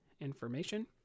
information